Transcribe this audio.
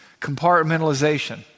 Compartmentalization